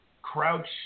Crouch